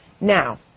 Now